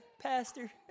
Pastor